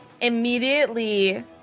immediately